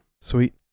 Sweet